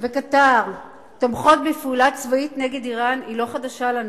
וכוויית וקטאר תומכות בפעולה צבאית נגד אירן היא לא חדשה לנו.